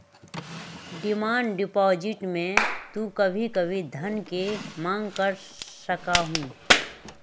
demand deposit में तू कभी भी धन के मांग कर सका हीं